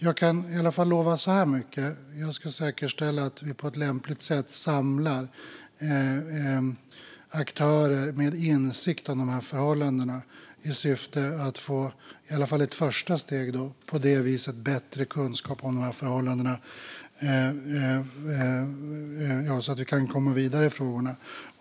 Jag kan i alla fall lova så här mycket: Jag ska säkerställa att vi på ett lämpligt sätt samlar aktörer med insikt om förhållandena i syfte att i alla fall i ett första steg få bättre kunskap om förhållandena, så att vi kan komma vidare i frågorna.